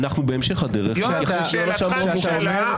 אנחנו בהמשך הדרך --- שאלתך נשאלה.